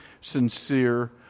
sincere